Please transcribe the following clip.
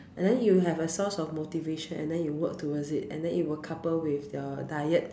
and then you have a source of motivation and then you work towards it and then it will couple with your diet